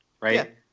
right